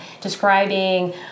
Describing